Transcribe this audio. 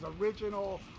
original